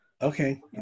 Okay